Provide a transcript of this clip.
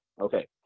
Okay